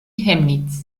chemnitz